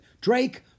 Drake